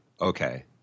Okay